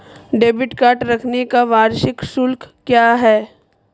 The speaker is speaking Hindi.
डेबिट कार्ड रखने का वार्षिक शुल्क क्या है?